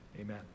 Amen